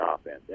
offense